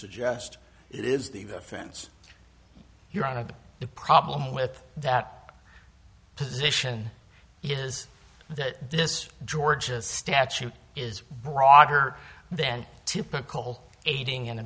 suggest it is the the fence you're on to the problem with that position is that this georgia statute is broader than typical aiding and